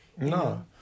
No